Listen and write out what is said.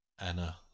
Anna